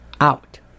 out